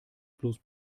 plus